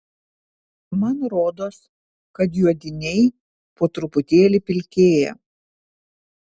man rodos kad juodiniai po truputėlį pilkėja